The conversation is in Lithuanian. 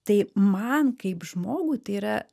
tai man kaip žmogui tai yra